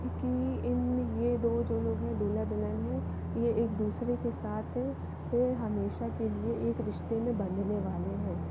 की इन ये दोनों जो लोग हैं दुल्हा दुल्हन हैं ये एक दूसरे के साथ हमेशा के लिए एक रिश्ते में बंधने वाले हैं